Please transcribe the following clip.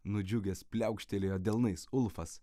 nudžiugęs pliaukštelėjo delnais ulfas